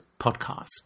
podcast